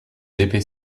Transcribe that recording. épées